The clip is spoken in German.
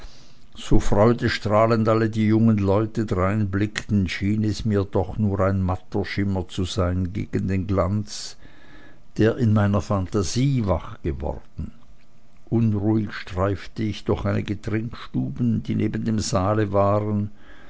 so freudestrahlend alle die jungen leute dreinblickten schien es mir doch nur ein matter schimmer zu sein gegen den glanz der in meiner phantasie wach geworden unruhig streifte ich durch einige trinkstuben die neben dem saale waren